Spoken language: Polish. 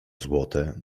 złote